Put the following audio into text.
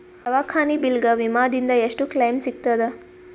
ದವಾಖಾನಿ ಬಿಲ್ ಗ ವಿಮಾ ದಿಂದ ಎಷ್ಟು ಕ್ಲೈಮ್ ಸಿಗತದ?